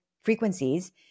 frequencies